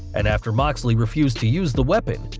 and after moxley refused to use the weapon,